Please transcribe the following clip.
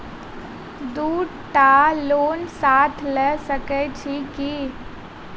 दु टा लोन साथ लऽ सकैत छी की?